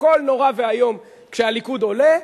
הכול נורא ואיום כשהליכוד עולה,